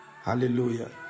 Hallelujah